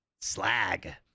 Slag